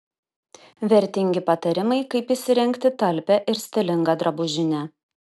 vertingi patarimai kaip įsirengti talpią ir stilingą drabužinę